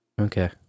Okay